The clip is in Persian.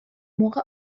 موقع